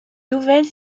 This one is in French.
nouvelle